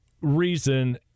reason